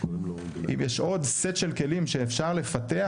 אם יש עוד סט של כלים שאפשר לפתח,